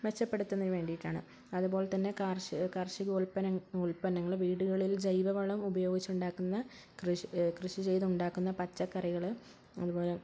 മെച്ചപ്പെടുത്തുന്നതിന് വേണ്ടിയിട്ടാണ് അതുപോലെത്തന്നെ കാർഷി കാർഷിക ഉൽപ്പന്ന ഉൽപ്പന്നങ്ങള് വീടുകളിൽ ജൈവവളം ഉപയോഗിച്ചുണ്ടാക്കുന്ന കൃഷി കൃഷിചെയ്തുണ്ടാക്കുന്ന പച്ചക്കറികള് അതുപോലെ